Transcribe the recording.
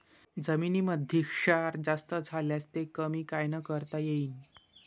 जमीनीमंदी क्षार जास्त झाल्यास ते कमी कायनं करता येईन?